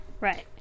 right